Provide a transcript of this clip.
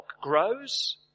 grows